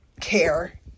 care